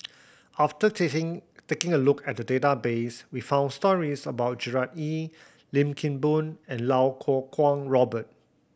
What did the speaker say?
after taking taking a look at the database we found stories about Gerard Ee Lim Kim Boon and Iau Kuo Kwong Robert